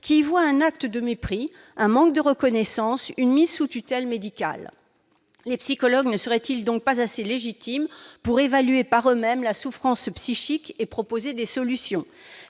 qui y voit un acte de mépris, un manque de reconnaissance, voire une mise sous tutelle médicale. Les psychologues ne seraient-ils donc pas assez légitimes pour évaluer par eux-mêmes la souffrance psychique et proposer des solutions ?